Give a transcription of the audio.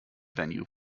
venue